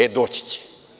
E, doći će.